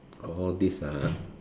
orh this uh